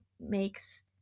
makes